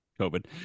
COVID